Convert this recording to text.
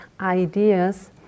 ideas